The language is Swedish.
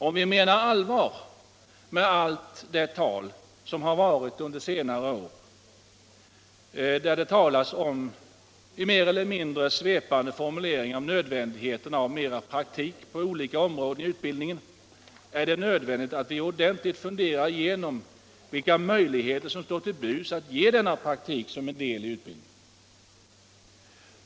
Om vi menar allvar med allt vårt tal under senare år, där det i mer eller mindre svepande formuleringar har framhållits nödvändigheten av mera praktik på olika områden i utbildningen, är det nödvändigt att vi ordentligt funderar igenom vilka möjligheter som står till buds att ge denna praktik som en del i utbildningen.